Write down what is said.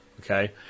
okay